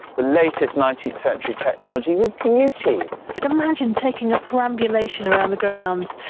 the latest nineteenth century technology with beauty! but imagine taking a perambulation around the grounds,